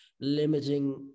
limiting